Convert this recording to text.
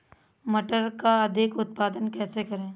मटर का अधिक उत्पादन कैसे करें?